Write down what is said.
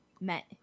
met